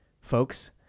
folks